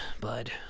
bud